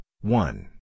one